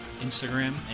Instagram